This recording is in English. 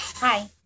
Hi